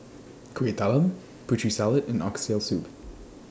Kueh Talam Putri Salad and Oxtail Soup